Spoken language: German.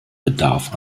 bedarf